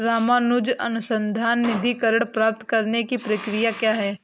रामानुजन अनुसंधान निधीकरण प्राप्त करने की प्रक्रिया क्या है?